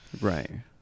right